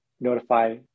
notify